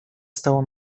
stało